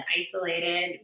isolated